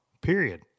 period